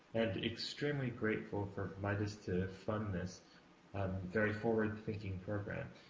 and extremely grateful for midas to fund this very forward-thinking program.